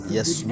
Yes